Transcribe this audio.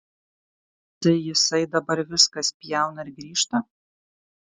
tai jisai dabar viską spjauna ir grįžta